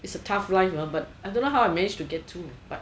it's a tough life you know but I don't know how I managed to get through